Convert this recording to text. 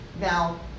now